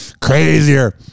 crazier